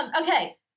Okay